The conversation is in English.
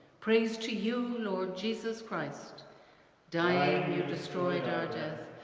praise to you lord jesus christ dying you destroyed our death,